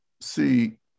see